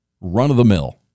Run-of-the-mill